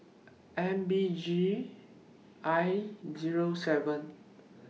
M B G I Zero seven